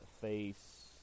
face